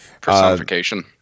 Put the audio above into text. Personification